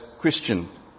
Christian